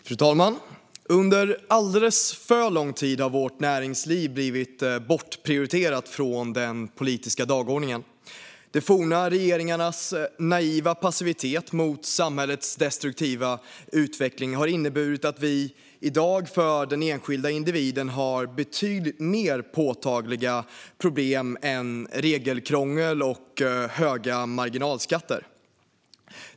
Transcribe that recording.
Fru talman! Under alldeles för lång tid har vårt näringsliv blivit bortprioriterat från den politiska dagordningen. De forna regeringarnas naiva passivitet inför samhällets destruktiva utveckling har inneburit att den enskilda individen i dag har betydligt mer påtagliga problem än regelkrångel och höga marginalskatter.